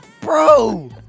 Bro